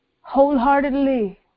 wholeheartedly